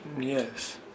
Yes